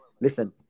Listen